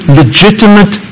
legitimate